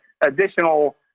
additional